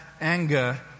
anger